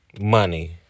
money